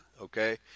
okay